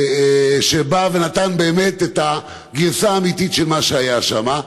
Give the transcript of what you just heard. והוא בא ונתן את הגרסה האמיתית של מה שהיה שם.